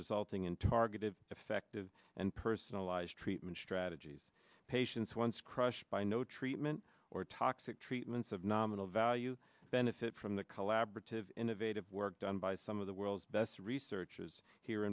resulting in targeted effective and personalized treatment strategies patients once crushed by no treatment or toxic treatments of nominal value benefit from the collaborative innovative work done by some of the world's best researchers here